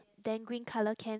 then green colour can